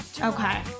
Okay